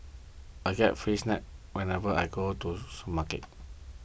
I get free snacks whenever I go to market